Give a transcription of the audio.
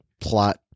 plot